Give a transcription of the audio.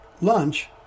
lunch